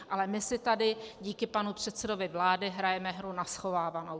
Ale my si tady díky panu předsedovi vlády hrajeme hru na schovávanou.